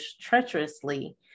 treacherously